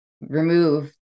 remove